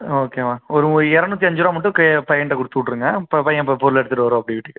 ஓகேம்மா ஒரு எரநூற்றி அஞ்சுருவா மட்டும் கே பையன்ட்ட கொடுத்து விட்ருங்க ப பையன் இப்போ பொருளை எடுத்துட்டு வருவாப்பிடி வீட்டுக்கு